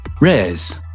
Rares